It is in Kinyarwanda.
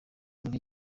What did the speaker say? muri